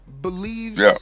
believes